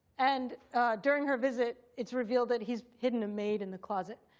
and during her visit it's revealed that he's hidden a maid in the closet.